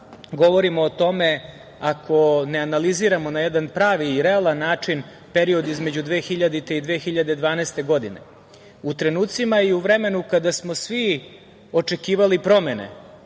govorimo o tome ako ne analiziramo na jedan pravi i realan način period između 2000. i 2012. godine. U trenucima i u vremenu kada smo svi očekivali promene,